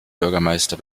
bürgermeister